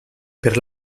per